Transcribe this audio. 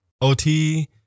OT